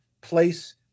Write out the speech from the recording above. place